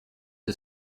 est